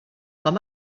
com